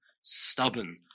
stubborn